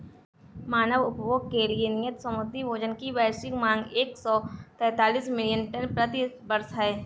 मानव उपभोग के लिए नियत समुद्री भोजन की वैश्विक मांग एक सौ तैंतालीस मिलियन टन प्रति वर्ष है